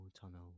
tunnel